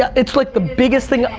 it's, like, the biggest thing,